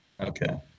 Okay